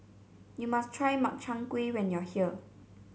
you must try Makchang Gui when you are here